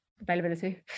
availability